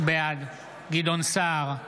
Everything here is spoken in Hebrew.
בעד גדעון סער,